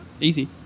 easy